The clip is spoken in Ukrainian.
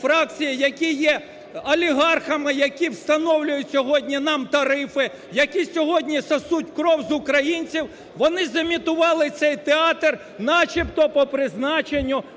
фракції, які є олігархами, які встановлюють сьогодні нам тарифи, які сьогодні сосуть кров з українців, вони зімітували цей театр начебто по призначенню